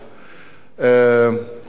הוא טרוריסט,